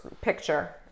picture